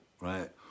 right